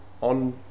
on